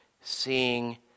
seeing